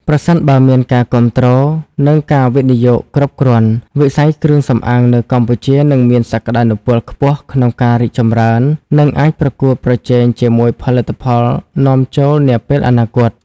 ប្រសិនបើមានការគាំទ្រ និងការវិនិយោគគ្រប់គ្រាន់ វិស័យគ្រឿងសម្អាងនៅកម្ពុជានឹងមានសក្ដានុពលខ្ពស់ក្នុងការរីកចម្រើន និងអាចប្រកួតប្រជែងជាមួយផលិតផលនាំចូលនាពេលអនាគត។